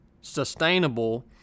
sustainable